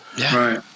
right